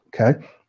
okay